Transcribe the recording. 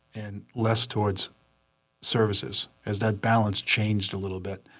and less towards services, as that balance changed a little bit.